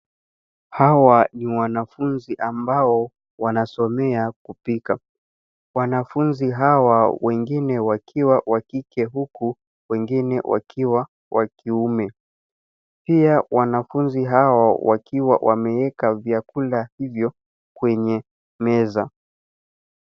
Hawa ni wanafunzi ambao wanasomea kupika. Wanafunzi hawa, wengine wakiwa wa kike, huku wengine wakiwa wa kiume. Pia, wanafunzi hao wakiwa wamewekwa vyakula hivyo, kwenye meza.